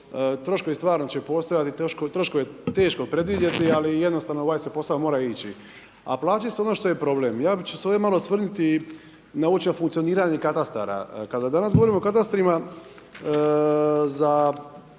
Troškovi stvarno će postojati, troškove je teško predvidjeti, ali jednostavno u ovaj se posao mora ići. A plaće su ono što je problem. Ja ću se ovdje malo osvrnuti na uopće funkcioniranje katastara. Kada danas govorimo o katastrima za